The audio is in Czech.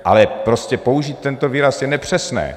Ale prostě použít tento výraz je nepřesné.